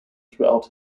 throughout